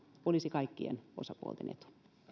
olisi kaikkien osapuolten etu